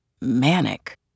manic